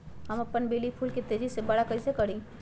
हम अपन बेली फुल के तेज़ी से बरा कईसे करी?